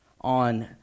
on